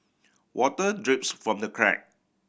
water drips from the crack